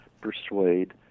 persuade